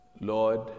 Lord